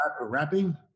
rapping